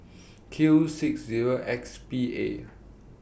Q six Zero X B A